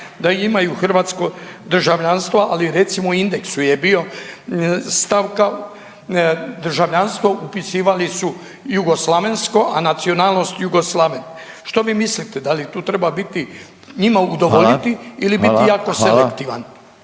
da imaju hrvatsko državljanstvo, ali recimo u indeksu je bio stavka državljanstvo upisivali su jugoslavensko, a nacionalnost Jugoslaven. Što vi mislite da li tu treba biti njima udovoljiti …/Upadica Reiner: